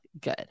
good